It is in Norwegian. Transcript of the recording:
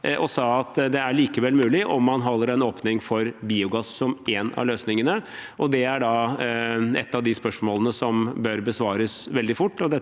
og sa at det likevel er mulig om man holder en åpning for biogass som en av løsningene. Det er da et av de spørsmålene som bør besvares veldig fort,